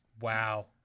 Wow